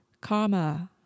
karma